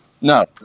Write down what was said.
No